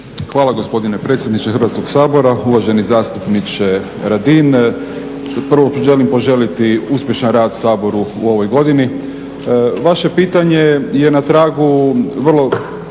Hvala gospodine predsjedniče Hrvatskog sabora. Uvaženi zastupniče Radin prvo želim poželjeti uspješan rad Saboru u ovoj godini. Vaše pitanje je na tragu vrlo